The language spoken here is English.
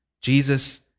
Jesus